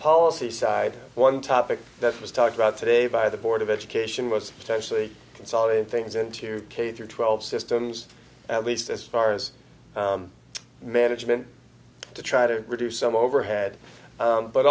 policy side one topic that was talked about today by the board of education was potentially consolidate things into k through twelve systems at least as far as management to try to reduce some overhead